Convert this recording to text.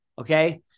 Okay